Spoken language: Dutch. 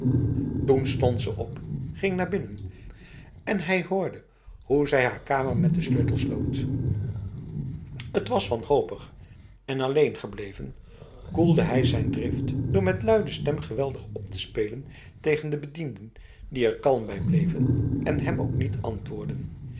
toen stond ze op ging naar binnen en hij hoorde hoe zij haar kamer met de sleutel sloot het was wanhopig en alleen gebleven koelde hij zijn drift door met luide stem geweldig op te spelen tegen de bedienden die er kalm bij bleven en hem ook niet antwoordden